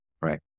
right